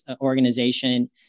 organization